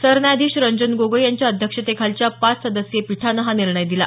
सरन्यायाधीश रंजन गोगोई यांच्या अध्यक्षतेखालच्या पाच सदस्यीय पीठानं हा निर्णय दिला